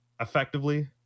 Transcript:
effectively